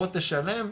בוא תשלם,